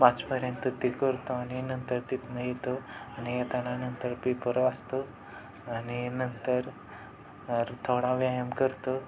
पाचपर्यंत ते करतो आणि नंतर तिथनं येतो आणि येताना नंतर पेपर वाचतो आणि नंतर थोडा व्यायाम करतो